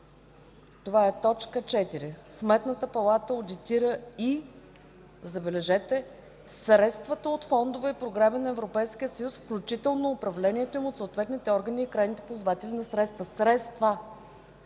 ал. 2, т. 4: „Сметната палата одитира и – забележете – средствата от фондове и програми на Европейския съюз, включително управлението им от съответните органи и крайните ползватели на средства.”